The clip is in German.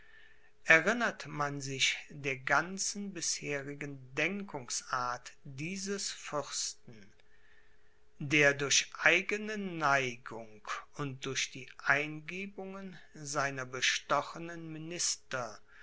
erinnert man sich der ganzen bisherigen denkungsart dieses fürsten der durch eigene neigung und durch die eingebungen seiner bestochenen minister